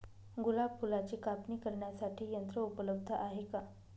गुलाब फुलाची कापणी करण्यासाठी यंत्र उपलब्ध आहे का?